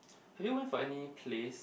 have you went for any plays